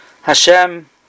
Hashem